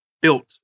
built